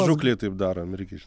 žūklėj taip darom irgi